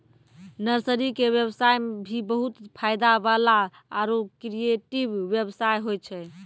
nursery के व्यवसाय भी बहुत फायदा वाला आरो क्रियेटिव व्यवसाय होय छै